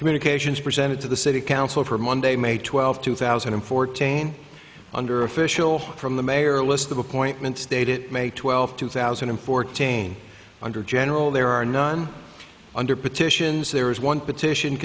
communications presented to the city council for monday may twelfth two thousand and fourteen under official from the mayor list of appointments dated may twelfth two thousand and fourteen under general there are none under petitions there is one p